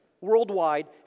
worldwide